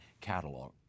catalog